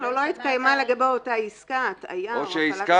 "שלא התקיימה לגבי אותה עסקה הטעיה או הפעלת השפעה